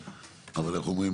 אבל איך אומרים?